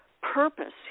purpose